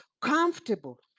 comfortable